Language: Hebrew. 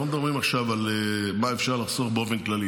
אנחנו לא מדברים עכשיו מה אפשר לחסוך באופן כללי.